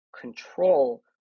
control